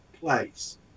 place